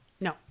No